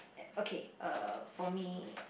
okay uh for me